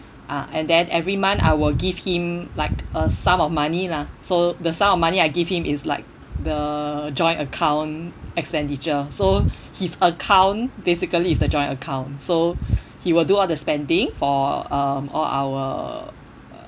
ah and then every month I will give him like a sum of money lah so the sum of money I give him it's like the joint account expenditure so his account basically is the joint account so he will do all the spending for um all our